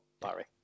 Barry